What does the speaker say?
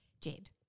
jed